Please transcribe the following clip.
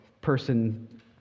person